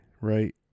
right